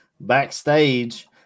backstage